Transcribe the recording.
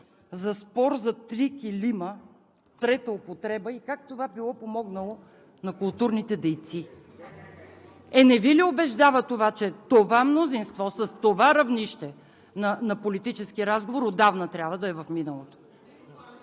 за спор за три килима трета употреба и как това било помогнало на културните дейци. Е, не Ви ли убеждава това, че това мнозинство с това равнище на политически разговор отдавна трябва да е в миналото?